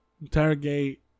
interrogate